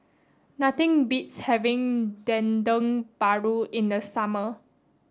nothing beats having Dendeng Paru in the summer